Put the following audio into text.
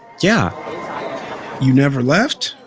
yeah you never left?